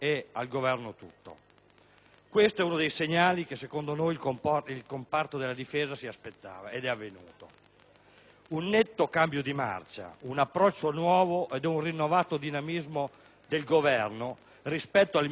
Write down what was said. Questo è uno dei segnali che, secondo noi, il comparto della Difesa si aspettava e che è stato dato: un netto cambio di marcia, un approccio nuovo ed un rinnovato dinamismo del Governo rispetto alle missioni internazionali